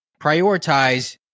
Prioritize